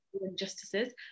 injustices